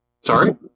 Sorry